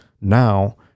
now